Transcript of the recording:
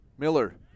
Miller